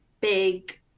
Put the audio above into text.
big